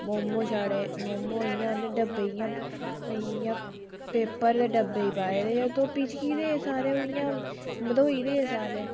मोमो छड़े मोमो इ'यां उ'न्नै डब्बे च इ'यां इ'यां पेपर दे डब्बे च पाए दे हे तो ओह् इ'यां पिचकी दे हे सारे ओह् इ'यां मंदोई दे हे सारे